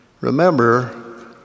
Remember